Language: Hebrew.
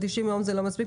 ש-90 ימים זה לא מספיק,